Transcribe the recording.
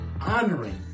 honoring